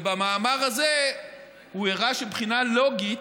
ובמאמר הזה הוא הראה שמבחינה לוגית,